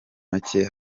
make